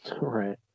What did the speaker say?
Right